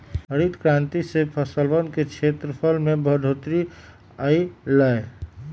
हरित क्रांति से फसलवन के क्षेत्रफल में बढ़ोतरी अई लय